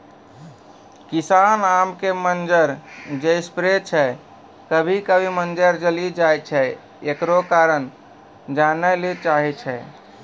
किसान आम के मंजर जे स्प्रे छैय कभी कभी मंजर जली जाय छैय, एकरो कारण जाने ली चाहेय छैय?